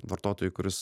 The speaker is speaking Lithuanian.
vartotojui kuris